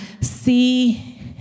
see